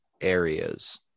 areas